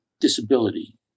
disability